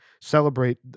celebrate